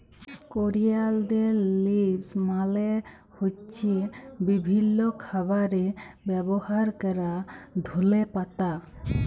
করিয়ালদের লিভস মালে হ্য়চ্ছে বিভিল্য খাবারে ব্যবহার ক্যরা ধলে পাতা